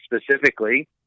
specifically